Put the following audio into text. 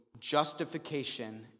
justification